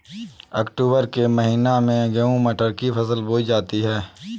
अक्टूबर के महीना में गेहूँ मटर की फसल बोई जाती है